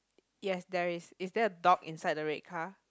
yes there is is there a dog inside the red car